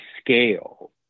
scale